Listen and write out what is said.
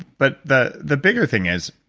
but the the bigger thing is,